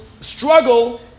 struggle